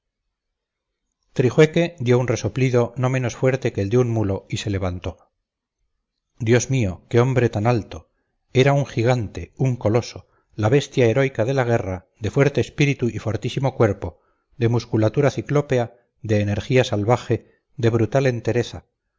trijueque dio un resoplido no menos fuerte que el de un mulo y se levantó dios mío qué hombre tan alto era un gigante un coloso la bestia heroica de la guerra de fuerte espíritu y fortísimo cuerpo de musculatura ciclópea de energía salvaje de brutal entereza